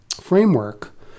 framework